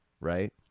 right